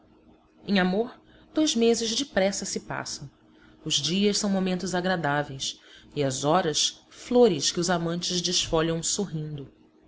em amor dois meses depressa se passam os dias são momentos agradáveis e as horas flores que os amantes desfolham sorrindo